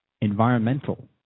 environmental